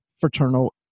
fraternal